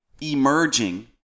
emerging